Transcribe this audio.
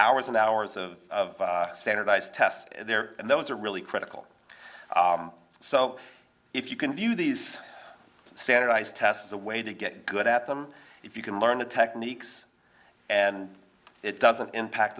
hours and hours of standardized tests there and those are really critical so if you can view these standardized tests the way to get good at them if you can learn the techniques and it doesn't impact